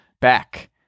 back